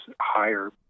higher